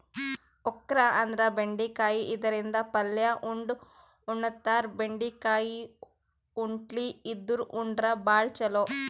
okra ಅಂದ್ರ ಬೆಂಡಿಕಾಯಿ ಇದರಿಂದ ಪಲ್ಯ ಮಾಡ್ ಉಣತಾರ, ಬೆಂಡಿಕಾಯಿ ಹೊಟ್ಲಿ ಇದ್ದೋರ್ ಉಂಡ್ರ ಭಾಳ್ ಛಲೋ